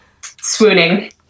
swooning